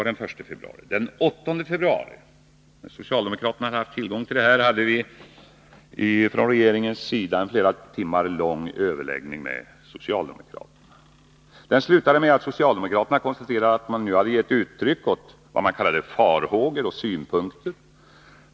Den 8 februari, när socialdemokraterna haft tillgång till detta, hade regeringen en flera timmar lång överläggning med socialdemokraterna. Den slutade med att socialdemokraterna konstaterade att man nu hade gett uttryck åt vad man kallade farhågor och synpunkter.